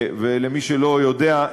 ולמי שלא יודע,